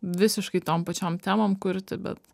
visiškai tom pačiom temom kurti bet